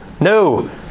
No